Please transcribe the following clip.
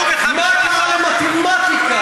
מה קרה למתמטיקה?